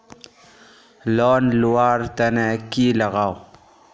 Loan लुवा र तने की लगाव?